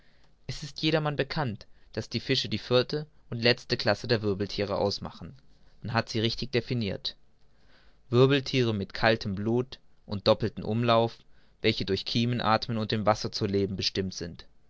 es ist jedermann bekannt daß die fische die vierte und letzte classe der wirbelthiere ausmachen man hat sie richtig definirt wirbelthiere mit kaltem blut und doppeltem umlauf welche durch kiemen athmen und im wasser zu leben bestimmt sind